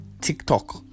TikTok